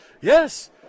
Yes